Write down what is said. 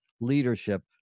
leadership